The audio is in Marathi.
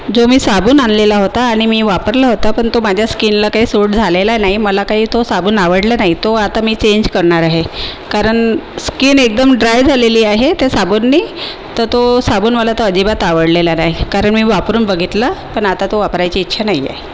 जो मी साबण आणलेला होता आणि मी वापरला होता पण तो माझ्या स्किनला काही सूट झालेला नाही मला काही तो साबण आवडला नाही तो आता मी चेंज करणार आहे कारण स्किन एकदम ड्राय झालेली आहे त्या साबणानी तर तो साबण मला तर अजिबात आवडलेला नाही कारण मी वापरून बघितला पण आता तो वापरायची इच्छा नाही आहे